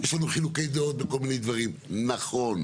יש לנו חילוקי דעות בכל מיני דברים, נכון,